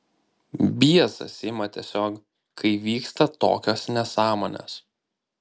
biesas ima tiesiog kai vyksta tokios nesąmonės